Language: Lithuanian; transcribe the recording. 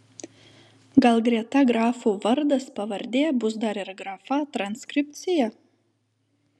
gal greta grafų vardas pavardė bus dar ir grafa transkripcija